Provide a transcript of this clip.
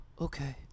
okay